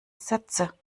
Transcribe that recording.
sätze